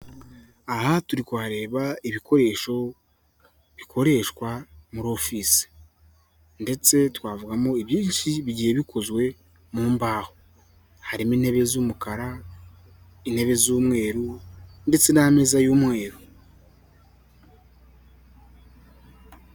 Aha turi kuhareba ibikoresho, bikoreshwa muri ofise ndetse twavugamo ibyinshi bigiye bikozwe mu mbaho, harimo intebe z'umukara, intebe z'umweru ndetse n'ameza y'umweru.